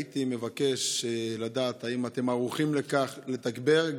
הייתי מבקש לדעת אם אתם ערוכים לכך, לתגבר.